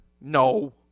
No